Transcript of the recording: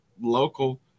local